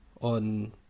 on